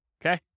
Okay